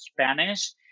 Spanish